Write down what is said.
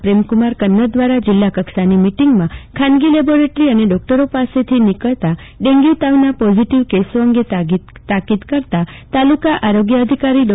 પ્રેમકુમાર કન્નર દ્વારા જીલ્લાકક્ષાની મીટીંગમાં ખાનગી લેબોરેટરી અને ડોકટરો પાસેથી નીકળતા ડેન્ગ્યું તાવના પોઝીટવ કેશો અંગે તાકિદ કરતા તાલુકા આરોગ્ય અધિકારી ડો